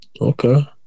Okay